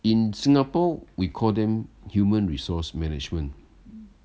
in singapore we call them human resource management